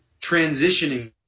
transitioning